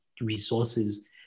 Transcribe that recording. resources